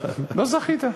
לא זכית.